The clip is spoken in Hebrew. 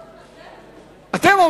אתם.